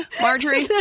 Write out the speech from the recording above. Marjorie